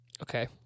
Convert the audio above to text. Okay